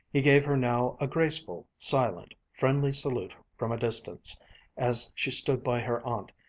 he gave her now a graceful, silent, friendly salute from a distance as she stood by her aunt,